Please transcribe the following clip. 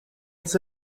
its